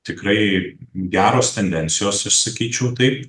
tikrai geros tendencijos aš sakyčiau tai